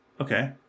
Okay